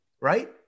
Right